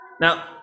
Now